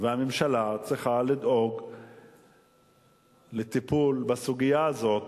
והממשלה צריכה לדאוג לטיפול בסוגיה הזאת